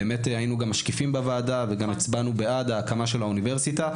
באמת היינו גם משקיפים בוועדה וגם הצבענו בעד ההקמה של האוניברסיטה.